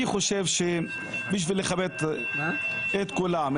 אני חושב שבשביל לכבד את כולם,